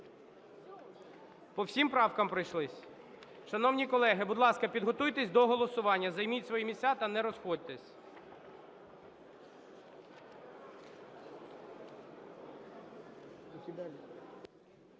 По всім правкам пройшлись? Шановні колеги, будь ласка, підготуйтесь до голосування. Займіть свої місця та не розходьтесь.